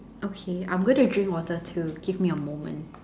okay I'm going to drink water too give me a moment